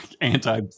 anti